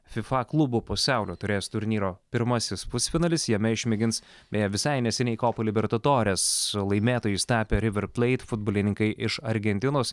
fifa klubų pasaulio taurės turnyro pirmasis pusfinalis jame išmėgins beje visai neseniai kopo liberto tores laimėtojais tapę river pleit futbolininkai iš argentinos